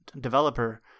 developer